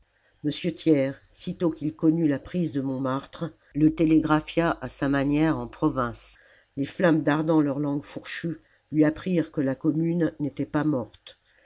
thiers sitôt qu'il connut la prise de montmartre le télégraphia à sa manière en province les flammes dardant leurs langues fourchues lui apprirent que la commune n'était pas morte